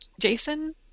Jason